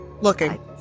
Looking